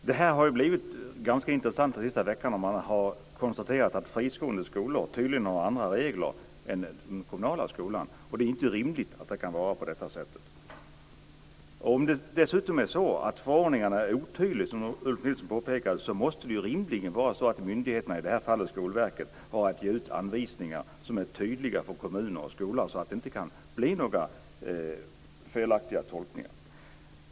Fru talman! Det har blivit ganska intressant de senaste veckorna. Man har konstaterat att fristående skolor tydligen har andra regler än den kommunala skolan, och det är inte rimligt att det är på det sättet. Om det dessutom är så att förordningen är otydlig, som Ulf Nilsson påpekade, måste det rimligen vara så att myndigheten - i detta fall Skolverket - har att ge ut anvisningar som är tydliga för kommuner och skolor, så att det inte kan bli några felaktiga tolkningar.